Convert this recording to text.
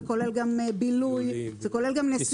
גם בילוי, גם נסיעה.